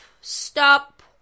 Stop